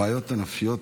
הבעיות הנפשיות,